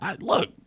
look